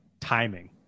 timing